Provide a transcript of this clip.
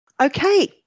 Okay